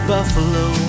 Buffalo